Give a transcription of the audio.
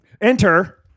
Enter